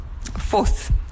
fourth